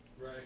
Right